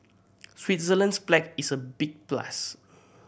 Switzerland's flag is a big plus